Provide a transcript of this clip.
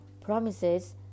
promises